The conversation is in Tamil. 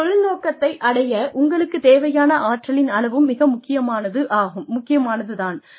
உங்கள் தொழில் நோக்கத்தை அடைய உங்களுக்குத் தேவையான ஆற்றலின் அளவும் மிக முக்கியமானது தான்